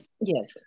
Yes